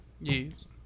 Yes